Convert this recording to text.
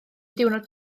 diwrnod